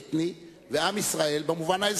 יש שתי אמירות: עם ישראל במובן האתני ועם ישראל במובן האזרחי.